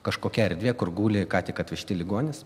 kažkokia erdvė kur guli ką tik atvežti ligonys